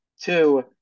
Two